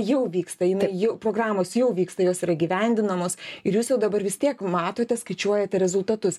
jau vyksta ir jinai jau programos jau vyksta jos yra įgyvendinamos ir jūs jau dabar vis tiek matote skaičiuojate rezultatus